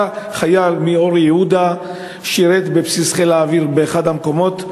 היה חייל מאור-יהודה ששירת בבסיס חיל האוויר באחד המקומות.